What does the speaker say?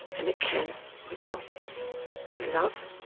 and it can with help and with love,